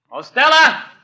Stella